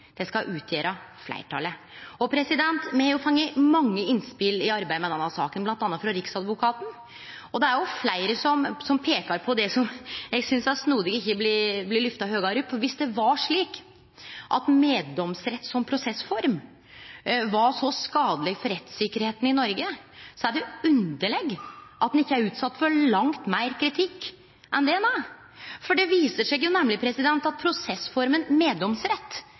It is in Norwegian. berre skal delta i meddomsretten, dei skal utgjere fleirtalet. Me har fått mange innspel i arbeidet med denne saka, bl.a. frå Riksadvokaten. Og det er fleire som peiker på det som eg synest er snodig at ikkje blir lyfta høgare, for om det var slik at meddomsrett som prosessform var så skadeleg for rettssikkerheita i Noreg, er det underleg at han ikkje er utsett for langt meir kritikk enn det han er. For det viser seg nemleg at både lagrettefraksjonen og meddomsrettsfraksjonen i Juryutvalet var fornøgd med prosessforma meddomsrett,